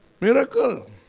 miracle